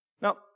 Now